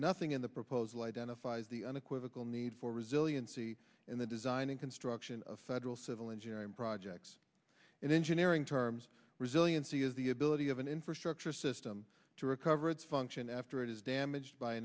nothing in the proposal identifies the unequivocal need for resiliency in the design and construction of federal civil engineering projects in engineering terms resiliency is the ability of an infrastructure system to recover its function after it is damaged by a